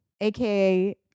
aka